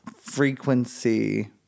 frequency